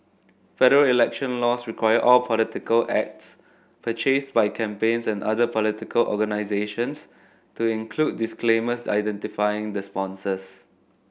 federal election laws require all political ads purchased by campaigns and other political organisations to include disclaimers identifying the sponsors